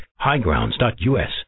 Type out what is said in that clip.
highgrounds.us